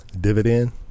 dividend